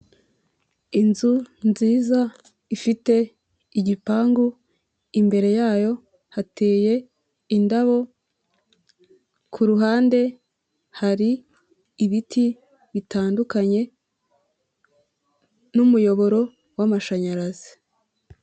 Inzu nziza ifite igipangu, imbere yayo hateye indabo, ku ruhande hari ibiti bitandukanye n'umuyoboro w'amashanyarazi.